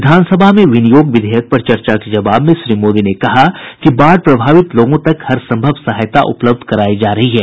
विधान सभा में विनियोग विधेयक पर चर्चा के जबाव में श्री मोदी ने कहा कि बाढ़ प्रभावित लोगों तक हरसंभव सहायता उपलब्ध करायी जा रही है